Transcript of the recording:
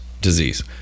disease